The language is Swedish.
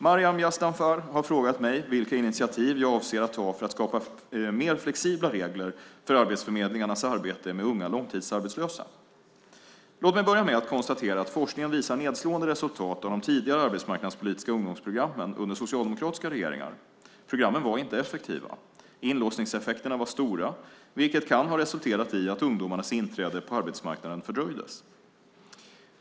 Maryam Yazdanfar har frågat mig vilka initiativ jag avser att ta för att skapa mer flexibla regler för arbetsförmedlingarnas arbete med unga långtidsarbetslösa. Låt mig börja med att konstatera att forskningen visar nedslående resultat av de tidigare arbetsmarknadspolitiska ungdomsprogrammen under socialdemokratiska regeringar. Programmen var inte effektiva. Inlåsningseffekterna var stora, vilket kan ha resulterat i att ungdomarnas inträde på arbetsmarknaden fördröjdes.